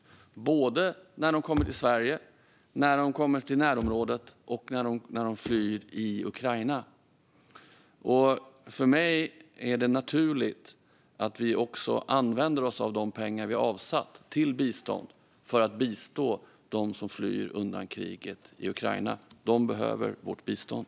Det gäller när de kommer till Sverige, när de kommer till närområdet och när de flyr i Ukraina. För mig är det naturligt att vi använder oss av de pengar som vi har avsatt till bistånd för att bistå dem som flyr undan kriget i Ukraina. De behöver vårt bistånd.